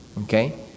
Okay